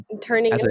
Turning